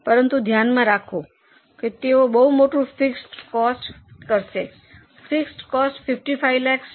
પરંતુ ધ્યાનમાં રાખો કે તેઓ બહુ મોટું ફિક્સડ કોસ્ટ કરશે ફિક્સડ કોસ્ટ 55 લાખ છે